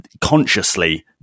consciously